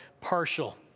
partial